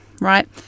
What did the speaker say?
right